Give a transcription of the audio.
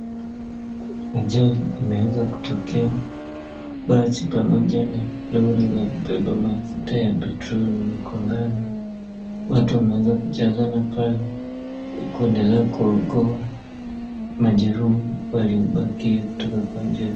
Ajali imeweza kutokea, basi pamoja na lori la kubeba mafuta ya petroli yamegongana. Watu wameweza kujazana pale kuendela kuokoa majeruhi waliobakia kutoka kwa ajali.